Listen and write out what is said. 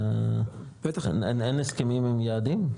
אין הסכמים עם יעדים?